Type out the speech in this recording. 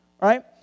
right